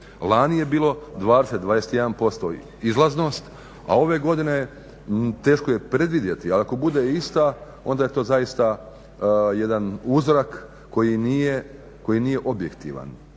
Lani je bilo 20, 21% izlaznost, a ove godine teško je predvidjeti. Ali ako bude ista onda je to zaista jedan uzorak koji nije objektivan,